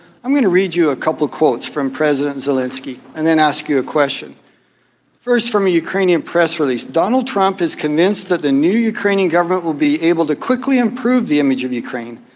i'm going to read you a couple of quotes from president zelinsky and then ask you a question first from a ukrainian press release. donald trump is convinced that the new ukrainian government will be able to quickly improve the image of ukraine,